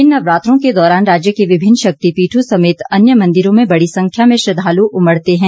इन नवरात्रों के दौरान राज्य के विभिन्न शक्तिपीठों समेत अन्य मंदिरों में बड़ी संख्या में श्रद्वालु उमड़ते हैं